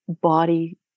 body